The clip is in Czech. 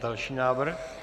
Další návrh.